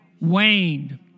waned